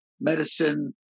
medicine